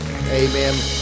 Amen